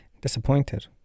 disappointed